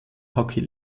hockey